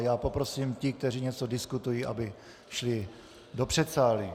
Já poprosím ty, kteří něco diskutují, aby šli do předsálí.